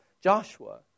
Joshua